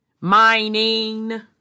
Mining